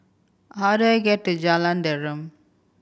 how do I get to Jalan Derum